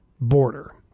border